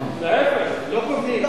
לא קובלים,